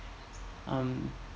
um